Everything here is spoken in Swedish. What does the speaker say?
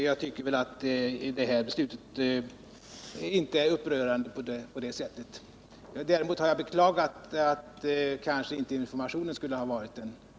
Jag tycker att detta beslut inte är upprörande på det sättet. Däremot har jag beklagat att informationen kanske inte har varit den bästa.